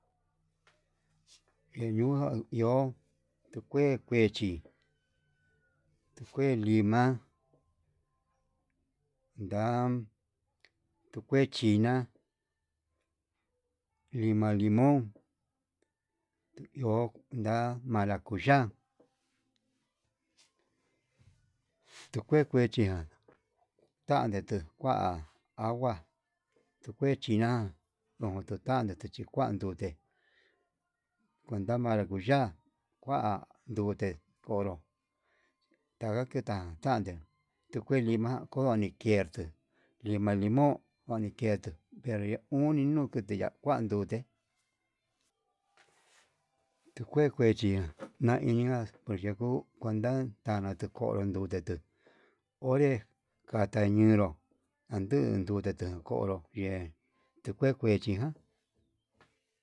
Eñuján iho tekue kuechí kue lima ndan tukue china'a, lima limón ho nda maracuya, tukue kuechinga ndande tuu kua agua tukue china ndotaniti chi kuandute, konda maracuya kua ndute onró ndaka ketan tande tuke lima kondorniketu, lima limón oniketu nderi uni kutiya kuandu ndute tukue kuechi naiya tukuendo kuanka ndane tu ko'o ndunertu onre kata ñenró ande ndute te konró ye tu kuw kuwchinga.